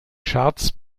charts